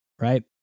Right